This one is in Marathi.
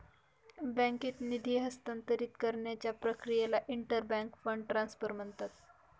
बँकेत निधी हस्तांतरित करण्याच्या प्रक्रियेला इंटर बँक फंड ट्रान्सफर म्हणतात